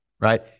Right